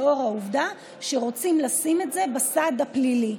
לאור העובדה שרוצים לשים את זה בסד הפלילי.